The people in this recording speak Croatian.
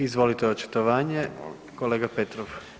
Izvolite očitovanje, kolega Petrov.